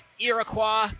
Iroquois